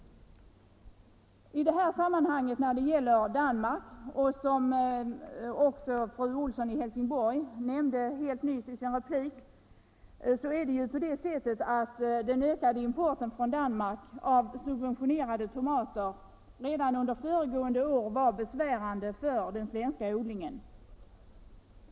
När det gäller Danmark vill jag, liksom fru Olsson i Helsingborg nyss gjorde, nämna att den ökade importen av subventionerade danska tomater redan under föregående år var besvärande för den svenska odlingen.